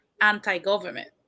anti-government